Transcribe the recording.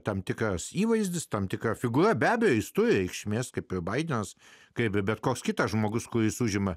tam tinkantis įvaizdis tam tikra figūra be abejo jis turi reikšmės kaip ir baidenas kaip bet koks kitas žmogus kuris užima